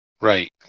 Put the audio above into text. right